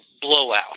blowout